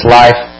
life